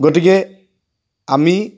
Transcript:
গতিকে আমি